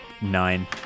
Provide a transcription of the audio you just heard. Nine